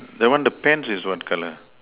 that one the pants is what colour